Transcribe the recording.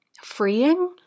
freeing